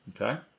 Okay